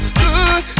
good